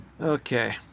Okay